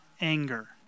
anger